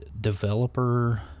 developer